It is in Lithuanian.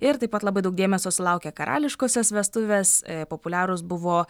ir taip pat labai daug dėmesio sulaukė karališkosios vestuvės populiarūs buvo